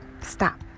Stop